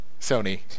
Sony